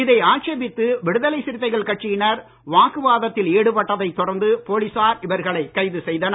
இதை ஆட்சேபித்து விடுதலை சிறுத்தைகள் கட்சியினர் வாக்குவாதத்தில் ஈடுபட்டதைத் தொடர்ந்து போலீசார் இவர்களை கைது செய்தனர்